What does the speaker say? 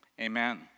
amen